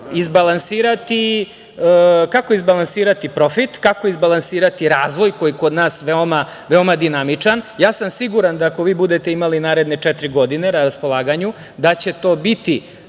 kako izbalansirati profit, kako izbalansirati razvoj, koji je kod nas veoma dinamičan? Ja sam siguran da ako vi budete imali naredne četiri godine na raspolaganju, da će to biti